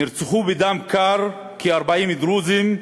נרצחו בדם קר כ-40 דרוזים,